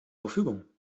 verfügung